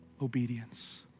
obedience